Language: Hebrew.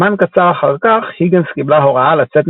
זמן קצר אחר כך היגינס קיבלה הוראה לצאת